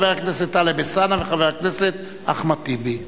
חבר הכנסת טלב אלסאנע וחבר הכנסת אחמד טיבי.